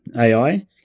AI